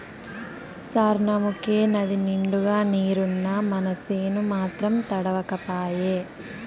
సార్నముకే నదినిండుగా నీరున్నా మనసేను మాత్రం తడవక పాయే